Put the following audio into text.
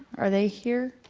are they here?